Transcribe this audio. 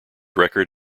record